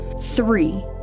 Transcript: Three